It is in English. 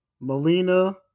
Melina